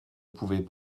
pouvais